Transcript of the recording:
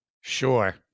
Sure